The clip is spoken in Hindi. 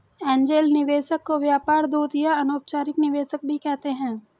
एंजेल निवेशक को व्यापार दूत या अनौपचारिक निवेशक भी कहते हैं